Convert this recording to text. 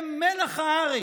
הן מלח הארץ,